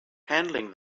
handling